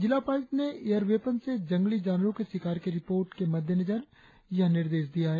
जिला उपायुक्त ने एयर वेपन से जंगली जानवरों के शिकार के रिपोर्ट के मद्देनजर यह निर्देश दिया है